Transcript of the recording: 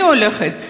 אני הולכת,